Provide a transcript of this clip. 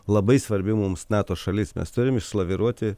labai svarbi mums nato šalis mes turim išsilaviruoti